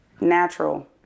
natural